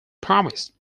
promised